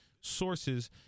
sources